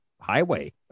highway